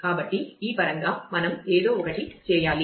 కాబట్టి ఈ పరంగా మనం ఏదో ఒకటి చేయాలి